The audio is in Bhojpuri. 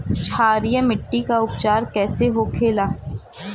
क्षारीय मिट्टी का उपचार कैसे होखे ला?